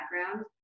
background